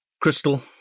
crystal